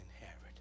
inherit